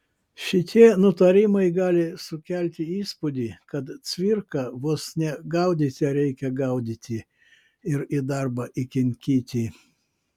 šitie nutarimai gali sukelti įspūdį kad cvirką vos ne gaudyte reikia gaudyti ir į darbą įkinkyti